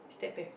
step backs